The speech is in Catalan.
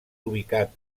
ubicat